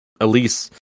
Elise